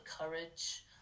courage